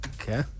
okay